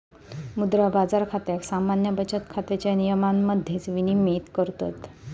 मुद्रा बाजार खात्याक सामान्य बचत खात्याच्या नियमांमध्येच विनियमित करतत